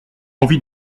envie